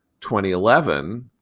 2011